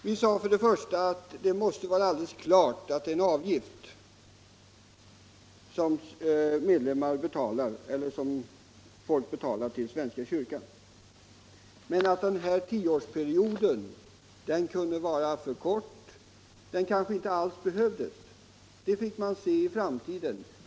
Vi sade till att börja med att det måste vara alldeles klart att det skulle gälla en avgift, som människor skulle betala till svenska kyrkan, men att begränsningen till tio år var onödig. Vi ansåg att man finge ta ställning till det i framtiden.